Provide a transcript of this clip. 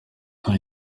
iki